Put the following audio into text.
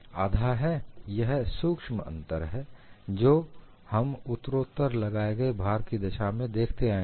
यह अंतर सूक्ष्म है जो हम उत्तरोत्तर लगाए गए भार की दशा में देखते आए हैं